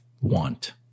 want